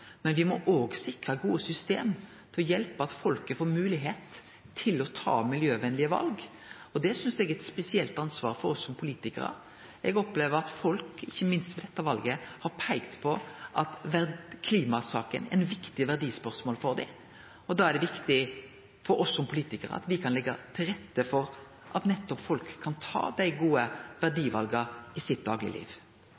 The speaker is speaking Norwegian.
Men me må òg sikre gode system for å hjelpe folk til å få moglegheit til å ta miljøvenlege val. Det synest eg er eit spesielt ansvar for oss som politikarar. Eg opplever at folk, ikkje minst i dette valet, har peikt på at klimasaka er eit viktig verdispørsmål for dei. Da er det viktig at me som politikarar kan leggje til rette for at folk nettopp kan ta dei gode